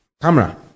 camera